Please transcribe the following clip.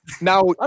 Now